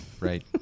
right